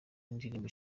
n’indirimbo